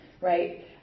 right